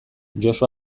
josu